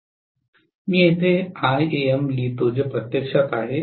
तर मी येथे iam लिहितो जे प्रत्यक्षात आहे